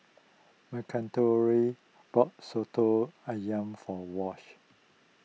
bought Soto Ayam for Wash